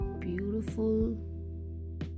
beautiful